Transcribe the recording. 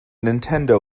nintendo